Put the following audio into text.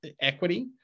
equity